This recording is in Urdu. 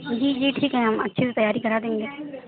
جی جی ٹھیک ہے ہم اچھے سے تیاری کرا دیں گے